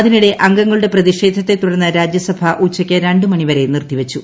അതിനിടെ അംഗങ്ങളുടെ പ്രതിഷേധത്തെ തുടർന്ന് രാജ്യസഭ ഉച്ചയ്ക്ക് രണ്ട് മണി വരെ നിർത്തിവച്ചു